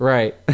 Right